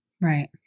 Right